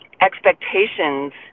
expectations